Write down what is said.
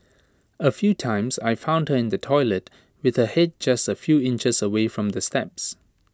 A few times I found her in the toilet with the Head just A few inches away from the steps